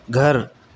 گھر